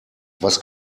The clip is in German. was